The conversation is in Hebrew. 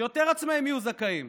שיותר עצמאים יהיו זכאים.